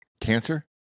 Cancer